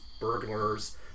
burglars